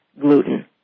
gluten